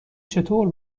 چطور